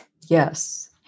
Yes